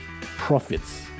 profits